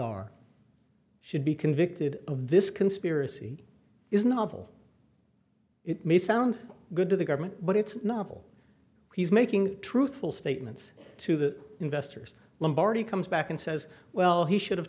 are should be convicted of this conspiracy is novel it may sound good to the government but it's novel he's making truthful statements to the investors lombardi comes back and says well he should have